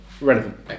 Relevant